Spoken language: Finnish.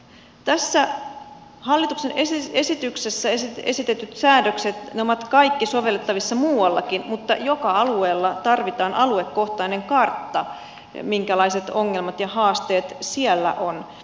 tässä hallituksen esityksessä esitetyt säädökset ovat kaikki sovellettavissa muuallakin mutta joka alueella tarvitaan aluekohtainen kartta minkälaiset ongelmat ja haasteet siellä ovat edessä